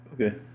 Okay